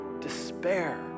despair